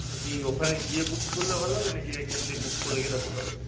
তা কি ওখানে গিয়ে বুক করলে ভালো হবে না কি এখান দিয়ে বুক করে গেলে ভালো হবে